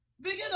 Begin